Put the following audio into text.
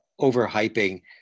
overhyping